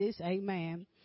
Amen